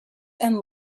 and